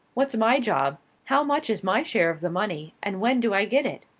what's my job, how much is my share of the money, and when do i get it?